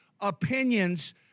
opinions